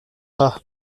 pas